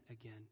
again